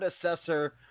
predecessor